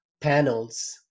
panels